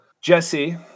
Jesse